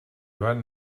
joan